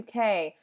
UK